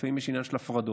לפעמים יש עניין של הפרדות,